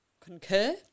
concur